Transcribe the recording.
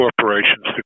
corporations